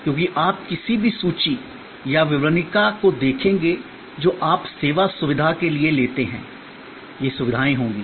क्योंकि आप किसी भी सूची या विवरणिका को देखेंगे जो आप सेवा सुविधा के लिए लेते हैं ये सुविधाएँ होंगी